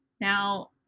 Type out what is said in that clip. now